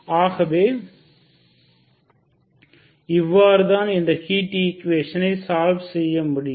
ஆகவே இவ்வாறுதான் இந்த ஹீட் ஈக்குவேஷன் ஐ சால்வ் செய்ய முடியும்